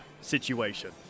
situation